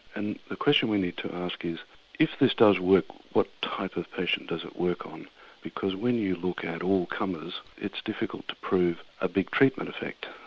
and the question we need to ask is if this does work, what type of patient does it work on because when you look at all comers it's difficult to prove a big treatment effect.